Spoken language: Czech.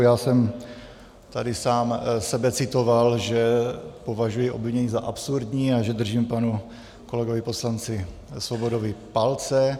Já jsem tady sám sebe citoval, že považuji obvinění za absurdní a že držím panu kolegovi poslanci Svobodovi palce.